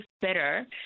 better